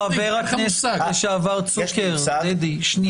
חבר הכנסת לשעבר צוקר, בבקשה.